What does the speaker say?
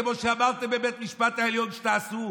כמו שאמרתם בבית המשפט העליון שתעשו,